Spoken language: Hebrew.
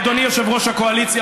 אדוני יושב-ראש הקואליציה,